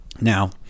Now